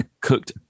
cooked